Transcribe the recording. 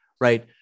right